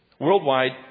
Worldwide